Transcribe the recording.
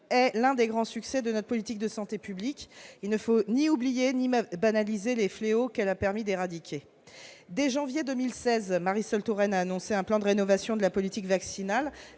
est l'un des grands succès de notre politique de santé publique. Il ne faut ni oublier ni banaliser les fléaux qu'elle a permis d'éradiquer. Dès le mois de janvier 2016, Marisol Touraine a annoncé un plan de rénovation de la politique vaccinale